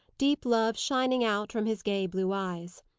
deep love shining out from his gay blue eyes.